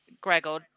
Gregor